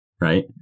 Right